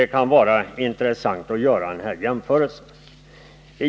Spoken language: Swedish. Det kan vara intressant att göra denna jämförelse.